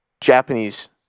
Japanese